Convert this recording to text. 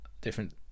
different